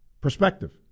Perspective